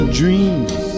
dreams